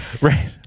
Right